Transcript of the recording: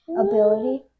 ability